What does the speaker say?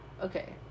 Okay